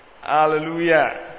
Hallelujah